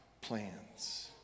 plans